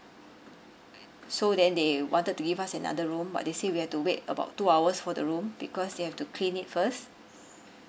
so then they wanted to give us another room but they say we have to wait about two hours for the room because they have to clean it first